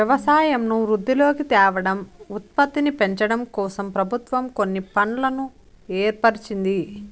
వ్యవసాయంను వృద్ధిలోకి తేవడం, ఉత్పత్తిని పెంచడంకోసం ప్రభుత్వం కొన్ని ఫండ్లను ఏర్పరిచింది